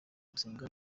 gusenga